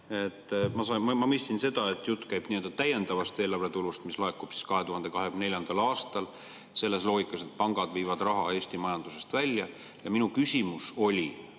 Ma mõistsin seda, et jutt käib nii-öelda täiendavast eelarvetulust, mis laekub 2024. aastal selles loogikas, et pangad viivad raha Eesti majandusest välja. Minu küsimus oli,